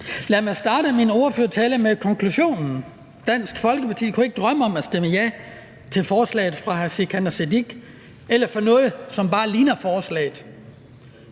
Lad mig starte min ordførertale med konklusionen: Dansk Folkeparti kunne ikke drømme om at stemme ja til forslaget fra hr. Sikandar Siddique og andre eller for noget, som bare ligner forslaget.